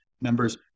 members